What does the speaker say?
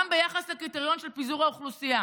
גם ביחס לקריטריון של פיזור האוכלוסייה